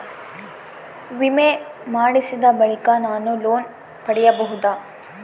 ವಿಮೆ ಮಾಡಿಸಿದ ಬಳಿಕ ನಾನು ಲೋನ್ ಪಡೆಯಬಹುದಾ?